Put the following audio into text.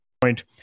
point